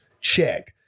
Check